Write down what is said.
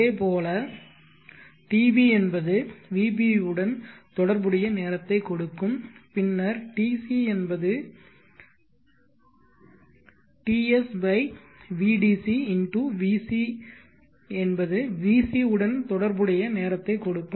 அதேபோல் tb என்பது vb உடன் தொடர்புடைய நேரத்தைக் கொடுக்கும் பின்னர் tc என்பது TS vdc × vc என்பது vc உடன் தொடர்புடைய நேரத்தைக் கொடுக்கும்